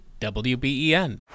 WBEN